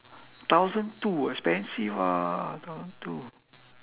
thousand two expensive ah thousand two